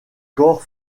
corps